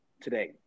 today